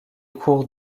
cours